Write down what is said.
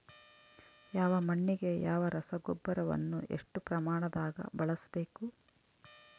ಯಾವ ಮಣ್ಣಿಗೆ ಯಾವ ರಸಗೊಬ್ಬರವನ್ನು ಎಷ್ಟು ಪ್ರಮಾಣದಾಗ ಬಳಸ್ಬೇಕು?